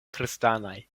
kristanaj